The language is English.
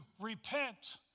repent